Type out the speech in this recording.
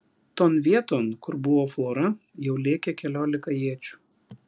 ton vieton kur buvo flora jau lėkė keliolika iečių